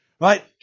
right